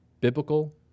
biblical